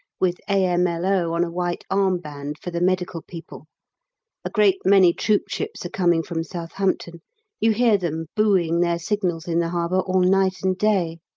with a m l o. on a white armband for the medical people a great many troopships are coming from southampton you hear them booing their signals in the harbour all night and day.